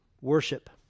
Worship